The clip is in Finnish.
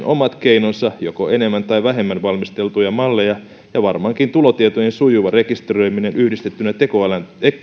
omat keinonsa joko enemmän tai vähemmän valmisteltuja malleja ja varmaankin tulotietojen sujuva rekisteröiminen yhdistettynä